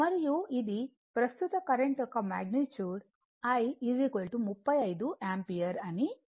మరియు ఇది ప్రస్తుత కరెంట్ యొక్క మాగ్నిట్యూడ్ I 35 యాంపియర్ అని ఇవ్వబడింది